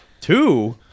Two